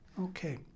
Okay